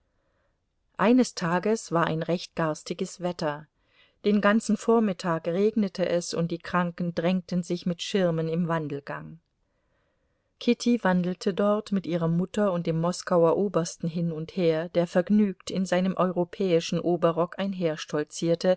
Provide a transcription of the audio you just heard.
eines tages war ein recht garstiges wetter den ganzen vormittag regnete es und die kranken drängten sich mit schirmen im wandelgang kitty wandelte dort mit ihrer mutter und dem moskauer obersten hin und her der vergnügt in seinem europäischen oberrock